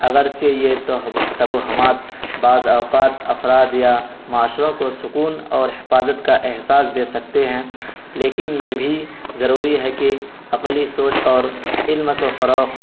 اگرچہ یہ توہبو توہمات بعض اوقات افراد یا معاشروں کو سکون اور حفاظت کا احساس دے سکتے ہیں لیکن یہ بھی ضروری ہے کہ عقلی سوچ اور علم کو فروغ